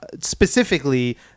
specifically